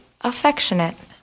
affectionate